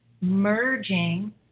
merging